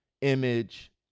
image